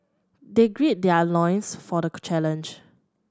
they gird their loins for the challenge